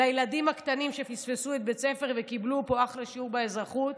לילדים הקטנים שפספסו את בית ספר וקיבלו פה אחלה שיעור באזרחות.